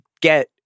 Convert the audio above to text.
get